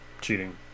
cheating